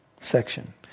section